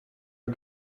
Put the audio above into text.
her